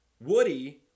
Woody